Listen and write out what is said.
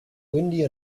windy